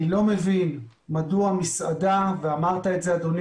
אני לא מבין מדוע למסעדה ואמרת את זה אדוני